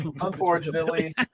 unfortunately